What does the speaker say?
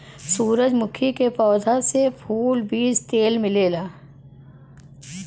सूरजमुखी के पौधा से फूल, बीज तेल मिलेला